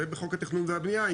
זה בחוק התכנון והבנייה,